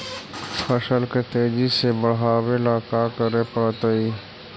फसल के तेजी से बढ़ावेला का करे पड़तई?